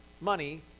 money